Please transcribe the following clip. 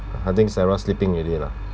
I think sarah's sleeping already lah